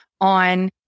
on